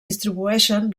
distribueixen